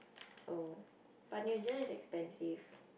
oh but new-zealand is expensive